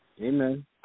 Amen